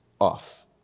off